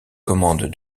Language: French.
commande